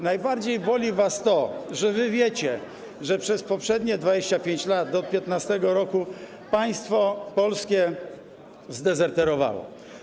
Najbardziej boli was to, że wy wiecie, że przez poprzednie 25 lat do 2015 r. państwo polskie zdezerterowało.